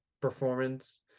performance